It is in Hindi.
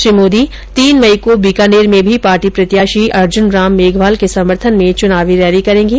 श्री मोदी तीन मई को बीकानेर में भी पार्टी प्रत्याशी अर्जुन राम मेघवाल के समर्थन में चुनावी रैली करेंगे